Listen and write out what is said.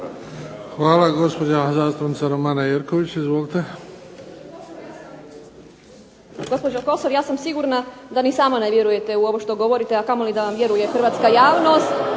Hvala. Gospođa zastupnica Romana Jerković. Izvolite. **Jerković, Romana (SDP)** Gospođo Kosor, ja sam sigurna da ni sama ne vjerujete u ovo što govorite, a kamoli da vam vjeruje hrvatska javnost.